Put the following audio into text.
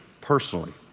Personally